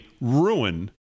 ruin